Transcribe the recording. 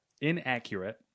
inaccurate